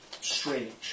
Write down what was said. strange